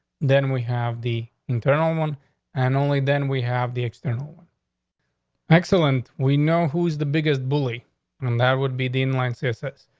then we have the internal one and only then we have the external excellent. we know who is the biggest bully on that would be the in line sources.